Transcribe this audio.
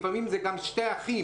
לפעמים זה גם שני אחים.